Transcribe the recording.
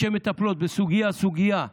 שמטפלות סוגיה-סוגיה לעומק,